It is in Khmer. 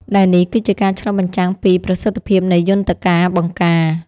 ដែលនេះគឺជាការឆ្លុះបញ្ចាំងពីប្រសិទ្ធភាពនៃយន្តការបង្ការ។